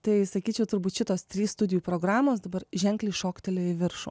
tai sakyčiau turbūt šitos trys studijų programos dabar ženkliai šoktelėjo į viršų